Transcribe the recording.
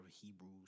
Hebrews